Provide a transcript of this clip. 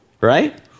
Right